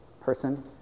person